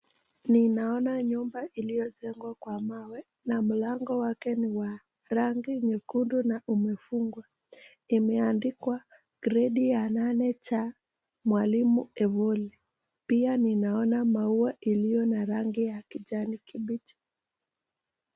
Ninaona nyumba iliyojengwa kwa mawe na mlango wake ni wa rangi nyekundu na umefungwa. Imeandikwa gredi ya 8C, mwalimu Ewoli. Pia ninaona maua iliyo na rangi ya kijani kibichi.